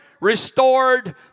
restored